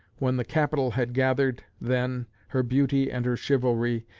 when the. capital had gathered then her beauty and her chivalry,